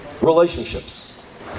relationships